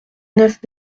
neuf